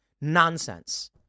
nonsense